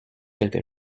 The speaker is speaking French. quelque